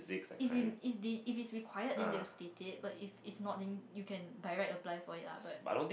if if they if it's required then they will state it but if it's not then you can by right apply for it lah but